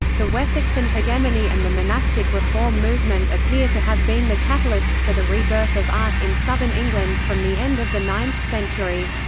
the wessexan hegemony and the monastic reform movement appear to have been the catalysts for the rebirth of art in southern england from the end of the ninth century.